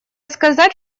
сказать